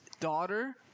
Daughter